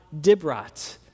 dibrat